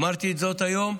אמרתי את זאת היום.